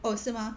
哦是吗